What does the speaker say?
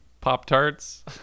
Pop-Tarts